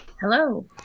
Hello